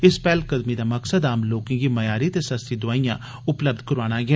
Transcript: इस पैहलकदमी दा मकसद आम लोकें गी मथ्यारी ते सस्ती दवाईयां उपलब्ध करोआना ऐ